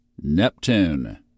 Neptune